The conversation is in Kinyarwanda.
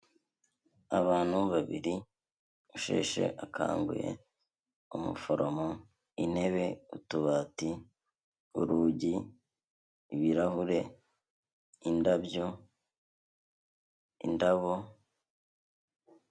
Abantu babiri, usheshe akanguye, umuforomo, intebe, utubati, urugi, ibirahure, indabyo, indabo.